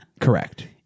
Correct